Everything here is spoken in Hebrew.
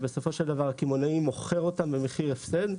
בסופו של דבר הקמעונאי מוכר אותם במחיר הפסד,